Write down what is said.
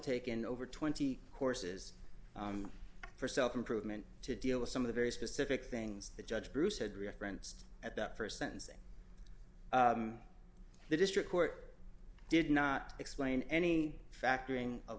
taken over twenty courses for self improvement to deal with some of the very specific things that judge bruce had reactance at that st sentencing the district court did not explain any factoring of